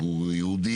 ועוד יהיה הרבה